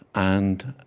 and